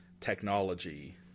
technology